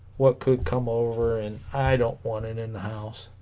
what could come over and i don't want it in the house